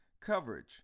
Coverage